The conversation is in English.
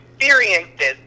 experiences